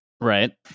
right